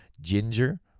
ginger